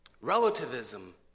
relativism